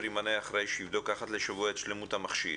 ימנה אחראי שיבדוק אחת לשבוע את שלמות המכשיר,